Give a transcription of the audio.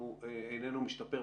הוא איננו משתפר,